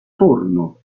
forno